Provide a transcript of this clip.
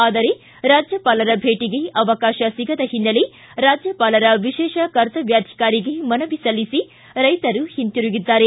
ಆದರೆ ರಾಜ್ಯಪಾಲರ ಭೇಟಗೆ ಅವಕಾಶ ಸಿಗದ ಹಿನ್ನೆಲೆ ರಾಜ್ಯಪಾಲರ ವಿಶೇಷ ಕರ್ತವ್ಯಾಧಿಕಾರಿಗೆ ಮನವಿ ಸಲ್ಲಿಸಿ ರೈತರು ಹಿಂತಿರುಗಿದ್ದಾರೆ